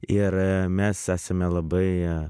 ir mes esame labai